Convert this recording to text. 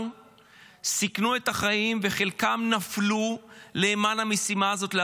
סיכנו את החיים וחלקם נפלו למען המשימה הזאת,